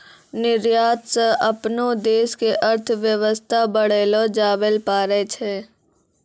निर्यात स अपनो देश के अर्थव्यवस्था बढ़ैलो जाबैल पारै छै